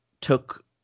took